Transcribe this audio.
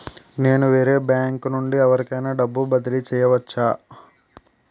నేను వేరే బ్యాంకు నుండి ఎవరికైనా డబ్బు బదిలీ చేయవచ్చా?